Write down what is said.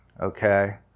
Okay